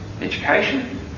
education